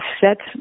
set